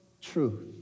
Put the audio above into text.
truth